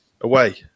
away